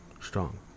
Strong